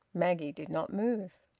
maggie did not move.